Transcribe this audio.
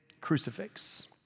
crucifix